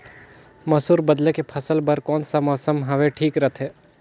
मसुर बदले के फसल बार कोन सा मौसम हवे ठीक रथे?